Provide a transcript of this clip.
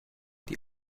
die